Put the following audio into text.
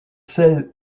celle